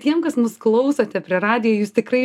tiem kas mus klausote prie radijo jūs tikrai